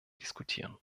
diskutieren